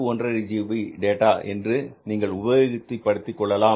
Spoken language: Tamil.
5 ஜிபி டேட்டா என்று நீங்கள் உபயோகப்படுத்திக் கொள்ளலாம்